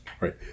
Right